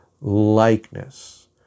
likeness